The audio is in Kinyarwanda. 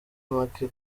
make